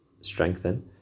strengthen